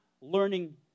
learning